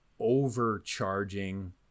overcharging